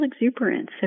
exuberance